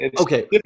okay